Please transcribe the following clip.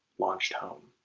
launched home.